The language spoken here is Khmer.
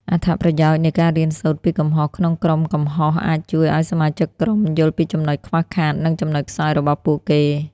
អត្ថប្រយោជន៍នៃការរៀនសូត្រពីកំហុសក្នុងក្រុមកំហុសអាចជួយឲ្យសមាជិកក្រុមយល់ពីចំណុចខ្វះខាត និងចំណុចខ្សោយរបស់ពួកគេ។